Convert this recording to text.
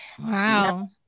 Wow